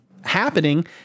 happening